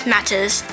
Matters